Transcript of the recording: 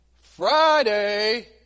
Friday